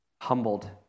Humbled